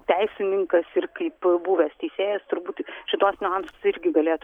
teisininkas ir kaip buvęs teisėjas turbūt šituos niuansus irgi galėtų